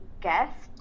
guest